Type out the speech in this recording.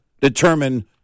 determine